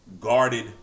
guarded